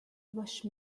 rush